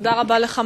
תודה רבה לך.